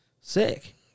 sick